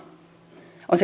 on